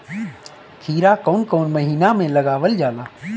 खीरा कौन महीना में लगावल जाला?